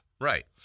Right